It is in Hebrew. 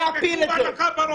זה תקוע לך בראש.